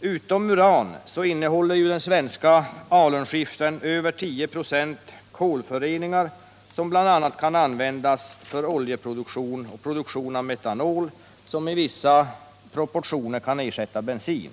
Utom uran innehåller den svenska alunskiffern över 10 96 kolföreningar, vilka bl.a. kan användas för oljeproduktion och produktion av metanol, som i vissa proportioner kan ersätta bensin.